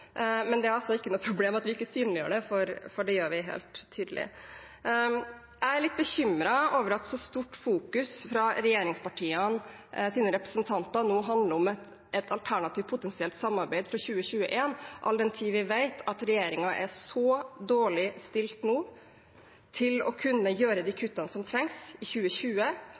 men det er altså ikke noe problem at vi ikke synliggjør det, for det gjør vi helt tydelig. Jeg er litt bekymret over at et så stort fokus fra regjeringspartienes representanter nå handler om et alternativt potensielt samarbeid fra 2021, all den tid vi vet at regjeringen er så dårlig stilt nå til å kunne gjøre de kuttene som trengs i 2020-